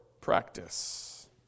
practice